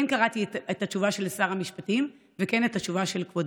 כן קראתי את התשובה של שר המשפטים וכן את התשובה של כבודו,